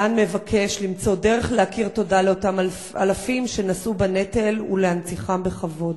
דן מבקש למצוא דרך להכיר תודה לאותם אלפים שנשאו בנטל ולהנציחם בכבוד.